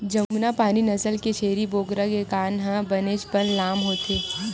जमुनापारी नसल के छेरी बोकरा के कान ह बनेचपन लाम होथे